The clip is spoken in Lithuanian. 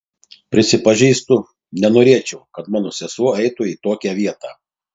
prisipažįstu nenorėčiau kad mano sesuo eitų į tokią vietą